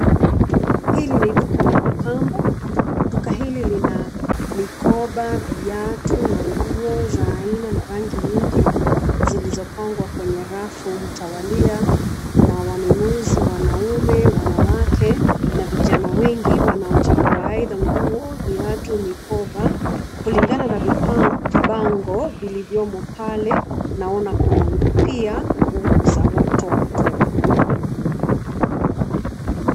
Hili ni duka la mapambo. Duka hili lina mikoba, viatu na nguo za aina na rangi nyingi, zilizopangwa kwenye rafu mtawalia. Kuna wanunuzi wanaume, wanawake na vijana wengi wanaochagua either nguo, viatu, mikoba kulingana na vibango vilivyomo pale naona kuna pia nguo za watoto.